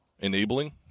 enabling